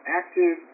active